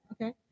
Okay